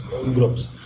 groups